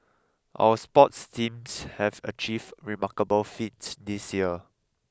our sports teams have achieved remarkable feats this year